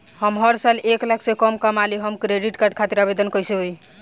हम हर साल एक लाख से कम कमाली हम क्रेडिट कार्ड खातिर आवेदन कैसे होइ?